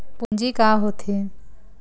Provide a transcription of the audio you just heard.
पूंजी का होथे?